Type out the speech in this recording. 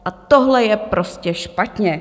A tohle je prostě špatně.